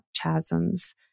chasms